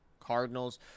Cardinals